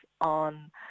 on